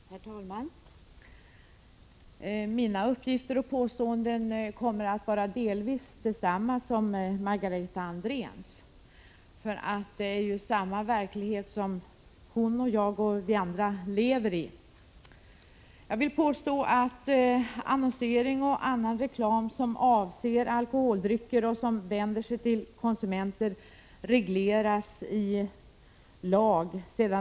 Herr talman! Mina uppgifter och påståenden kommer att vara delvis desamma som Margareta Andréns — både hon och jag och andra lever i samma verklighet.